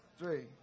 three